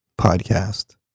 podcast